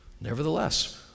nevertheless